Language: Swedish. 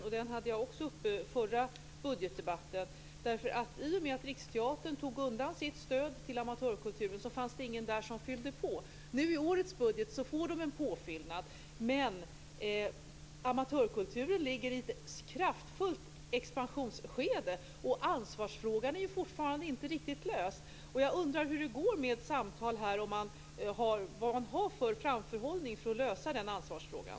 Den hade jag uppe också i förra budgetdebatten. I och med att Riksteatern tog undan sitt stöd till amatörkulturen fanns det ingen där som fyllde på. I årets budget får de en påfyllnad, men amatörkulturen ligger i ett kraftfullt expansionsskede, och ansvarsfrågan år fortfarande inte riktigt löst. Jag undrar hur det går med samtal här, vad man har för framförhållning för att lösa ansvarsfrågan.